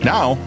Now